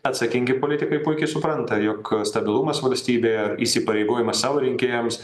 atsakingi politikai puikiai supranta jog stabilumas valstybėje įsipareigojimas savo rinkėjams